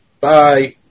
Bye